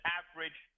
average